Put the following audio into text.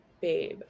babe